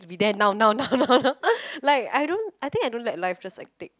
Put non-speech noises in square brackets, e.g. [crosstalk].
be there like now now now now now [laughs] like I don't I think I don't like life just like take